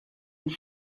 and